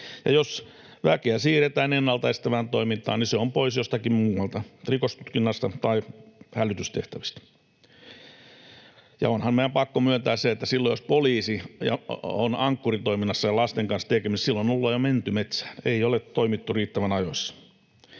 jos väkeä siirretään ennalta estävään toimintaan, se on pois jostakin muualta, rikostutkinnasta tai hälytystehtävistä. Ja onhan meidän pakko myöntää, että silloin jos poliisi on Ankkuri-toiminnassa ja lasten kanssa tekemisissä, silloin ollaan jo menty metsään. Ei ole toimittu riittävän ajoissa.